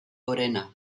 gorena